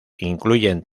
incluyen